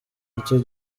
icyo